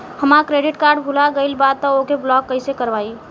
हमार credit card भुला गएल बा त ओके ब्लॉक कइसे करवाई?